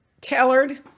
tailored